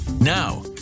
Now